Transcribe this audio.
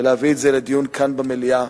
ולהביא את זה לדיון כאן במליאה.